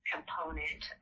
component